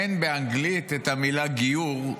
אין באנגלית את המילה "גיור",